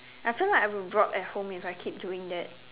I feel like I will rot at home if I keep doing that